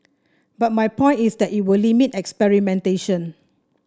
but my point is that it will limit experimentation